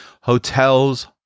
hotels